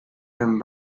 them